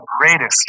greatest